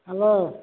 hello